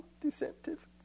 deceptive